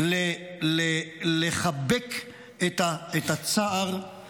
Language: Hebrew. לחבק את הצער,